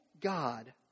God